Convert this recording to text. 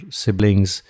siblings